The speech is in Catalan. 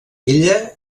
ella